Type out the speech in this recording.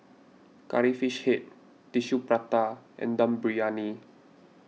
Curry Fish Head Tissue Prata and Dum Briyani